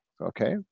Okay